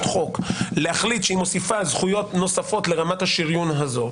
להחליט שהיא מוסיפה זכויות נוספות לרמת השריון הזאת,